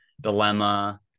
dilemma